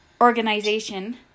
organization